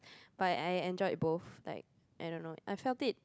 but I enjoyed both like I don't know I felt it